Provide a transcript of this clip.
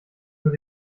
mit